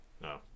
no